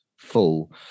full